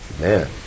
man